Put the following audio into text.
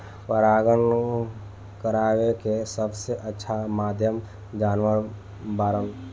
परागण करावेके सबसे अच्छा माध्यम जानवर बाड़न